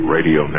Radio